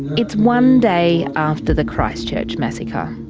it's one day after the christchurch massacre.